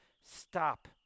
stop